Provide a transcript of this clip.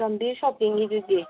ꯒꯝꯕꯤꯔ ꯁꯣꯞꯄꯤꯡꯒꯤꯗꯨꯗꯤ